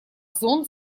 зон